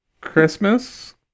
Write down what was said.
Christmas